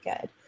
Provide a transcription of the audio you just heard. good